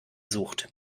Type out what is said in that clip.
sucht